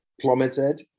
plummeted